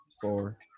Four